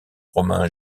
romain